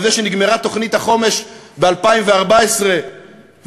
על זה שנגמרה תוכנית החומש ב-2014 ושום